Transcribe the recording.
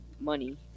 money